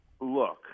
look